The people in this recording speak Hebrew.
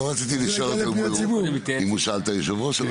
לא רציתי לשאול אותו אם הוא שאל את היושב-ראש.